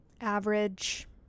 average